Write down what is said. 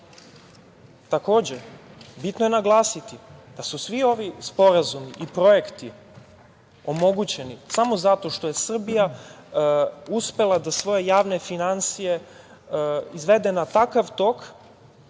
cenu. Takođe, bitno je naglasiti, da su svi ovi sporazumi i projekti omogućeni samo zato što je Srbija uspela da svoje javne finansije izvede na takav tok